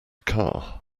car